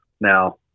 Now